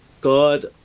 God